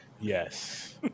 Yes